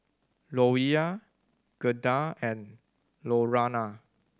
Louella Gerda and Lurana